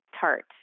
tart